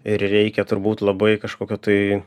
ir reikia turbūt labai kažkokio tai